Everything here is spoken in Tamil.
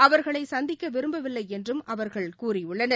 அவர்களைசந்திக்கவிரும்பவில்லைஎன்றும் அவர்கள் கூறியுள்ளனர்